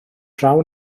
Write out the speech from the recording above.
draw